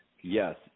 yes